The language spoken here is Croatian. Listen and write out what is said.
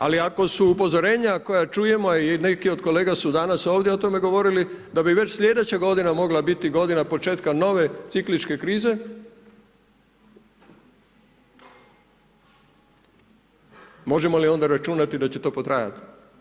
Ali ako su upozorenja koja čujemo, a i neki od kolega su danas ovdje o tome govorili da bi već slijedeće godina mogla biti godina početka nove cikličke krize, možemo li onda računati da će to potrajati.